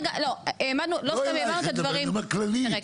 רגע תראה,